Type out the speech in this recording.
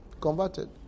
Converted